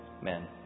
Amen